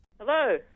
hello